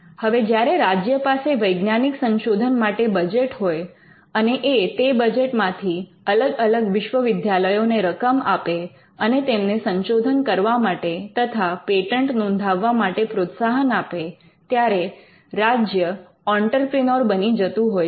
હવે જ્યારે રાજ્ય પાસે વૈજ્ઞાનિક સંશોધન માટે બજેટ હોય અને એ તે બજેટ માંથી અલગ અલગ વિશ્વવિદ્યાલયો ને રકમ આપે અને તેમને સંશોધન કરવા માટે તથા પેટન્ટ નોંધાવવા માટે પ્રોત્સાહન આપે ત્યારે રાજ્ય ઑંટરપ્રિનોર બની જતું હોય છે